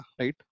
right